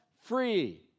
free